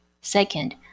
Second